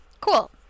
Cool